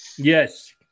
Yes